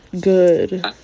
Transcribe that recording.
good